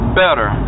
better